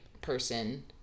person